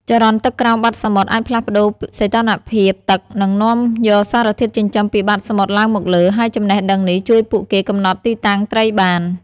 ចរន្តទឹកក្រោមបាតសមុទ្រអាចផ្លាស់ប្តូរសីតុណ្ហភាពទឹក និងនាំយកសារធាតុចិញ្ចឹមពីបាតសមុទ្រឡើងមកលើ ហើយចំណេះដឹងនេះជួយពួកគេកំណត់ទីតាំងត្រីបាន។